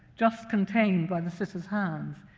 just contained by the sitter's hands,